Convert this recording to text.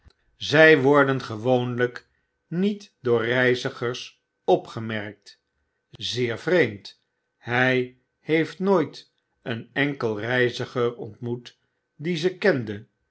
zy worden gewoonljjk niet door reizigers opgemerkt zeer vreemd hy heeft nooit een enkel reiziger ontmoet die ze kende